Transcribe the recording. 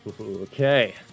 Okay